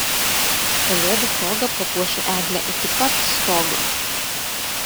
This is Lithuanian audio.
kalėdų proga papuošiu eglę iki pat stogo